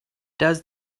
does